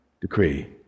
decree